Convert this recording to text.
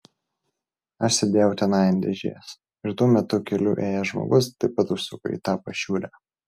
aš sėdėjau tenai ant dėžės ir tuo metu keliu ėjęs žmogus taip pat užsuko į tą pašiūrę